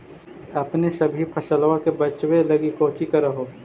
अपने सभी फसलबा के बच्बे लगी कौची कर हो?